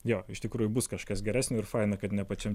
jo iš tikrųjų bus kažkas geresnio ir faina kad ne pačiam